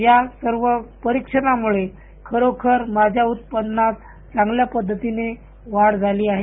या सर्व परिक्षणामुळे खरोखर माझ्या उत्पन्नात चांगला पद्धतीनं वाढ झाली आहे